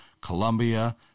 Colombia